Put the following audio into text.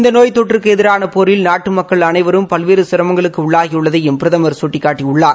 இந்த நோய் தொற்றுக்கு எதிராக போரில் நாட்டு மக்கள் அனைவரும் பல்வேறு சிரமங்களுக்கு உள்ளாகியுள்ளதையும் பிரதமர் குட்டிக்காட்டியுள்ளார்